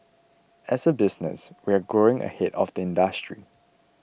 as a business we're growing ahead of the industry